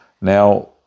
Now